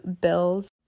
Bill's